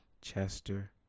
Chester